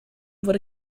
wurde